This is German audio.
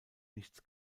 nichts